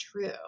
true